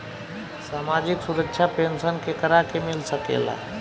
सामाजिक सुरक्षा पेंसन केकरा के मिल सकेला?